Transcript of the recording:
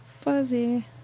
Fuzzy